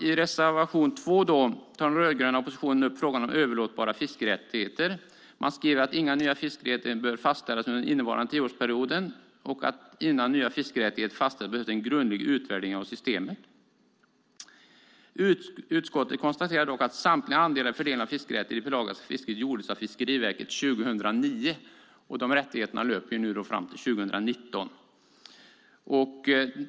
I reservation 2 tar den rödgröna oppositionen upp frågan om överlåtbara fiskerättigheter. Man skriver att inga nya fiskerättigheter bör fastställas under innevarande tioårsperiod och att innan nya fiskerättigheter fastställs behövs en grundlig utvärdering av systemet. Utskottet konstaterar dock att samtliga andelar i fördelningen av fiskerättigheter i det pelagiska fisket gjordes av Fiskeriverket 2009. Dessa rättigheter löper fram till 2019.